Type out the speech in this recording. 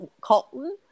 Colton